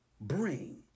bring